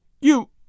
You